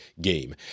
game